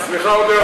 סליחה, עוד הערה.